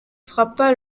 frappa